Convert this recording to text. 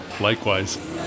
Likewise